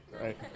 right